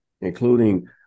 including